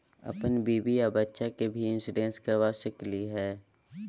अपन बीबी आ बच्चा के भी इंसोरेंसबा करा सकली हय?